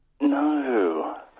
No